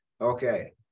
Okay